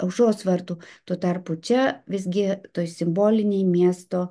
aušros vartų tuo tarpu čia visgi toj simbolinėj miesto